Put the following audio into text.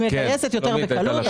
היא מגייסת יותר בקלות.